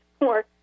more